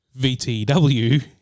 VTW